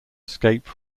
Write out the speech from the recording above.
escape